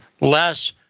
less